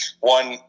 one